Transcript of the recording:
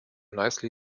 nicely